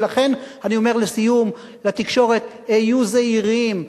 ולכן אני אומר, לסיום, לתקשורת: היו זהירים.